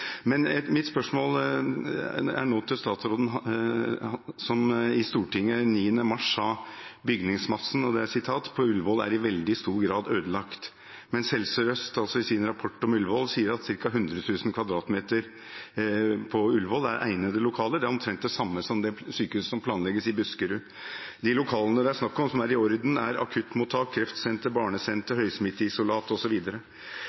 Statsråden sa i Stortinget 9. mars at «bygningsmassen på Ullevål er i veldig stor grad ødelagt», mens Helse Sør-Øst i sin rapport om Ullevål altså sier at ca. 100 000 m 2 på Ullevål er egnede lokaler. Det er omtrent det samme som for sykehuset som planlegges i Buskerud. Lokalene det er snakk om, som er i orden, er akuttmottak, kreftsenter,